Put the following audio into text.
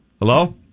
Hello